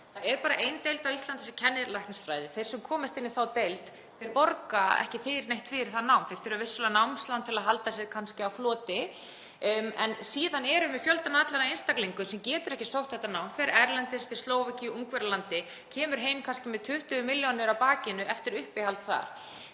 Það er bara ein deild á Íslandi sem kennir læknisfræði. Þeir sem komast inn í þá deild borga ekki neitt fyrir það nám. Þeir þurfa vissulega námslán til að halda sér kannski á floti en síðan erum við með fjöldann allan af einstaklingum sem getur ekki sótt þetta nám, fer erlendis til Slóvakíu eða Ungverjalands og kemur heim kannski með 20 milljónir á bakinu eftir uppihald þar.